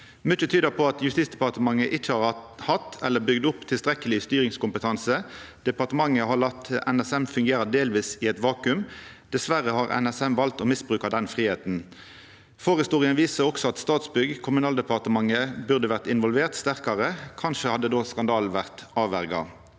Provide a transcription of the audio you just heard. Mykje tyder på at Justisdepartementet ikkje har hatt eller bygd opp tilstrekkeleg styringskompetanse. Departementet har late NSM fungera delvis i eit vakuum. Dessverre har NSM valt å misbruka den fridomen. Forhistoria viser også at Statsbygg og Kommunaldepartementet burde vore sterkare involvert. Kanskje hadde skandalen då vore avverja.